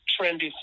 trendy